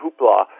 hoopla